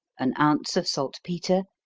an ounce of salt-petre,